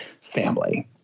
family